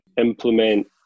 implement